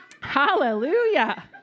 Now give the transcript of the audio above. Hallelujah